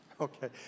Okay